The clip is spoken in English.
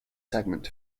segment